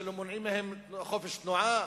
שמונעים מהם חופש תנועה,